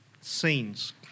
scenes